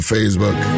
Facebook